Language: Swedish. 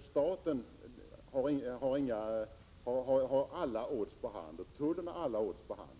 Staten och tullen har alla odds på handen.